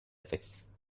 effects